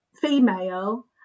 female